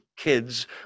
Kids